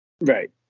Right